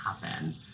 happen